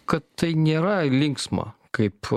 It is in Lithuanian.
kad tai nėra linksma kaip